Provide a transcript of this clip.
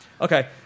Okay